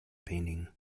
painting